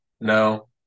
No